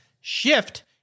Shift